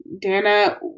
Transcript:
Dana